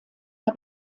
der